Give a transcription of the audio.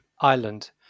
island